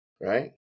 right